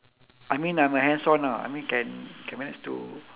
I mean I'm a hands on ah I mean can can manage to